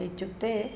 इत्युक्ते